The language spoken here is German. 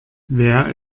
wer